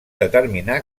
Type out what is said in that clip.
determinar